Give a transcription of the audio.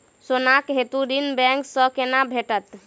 सोनाक हेतु ऋण बैंक सँ केना भेटत?